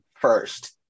first